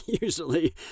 usually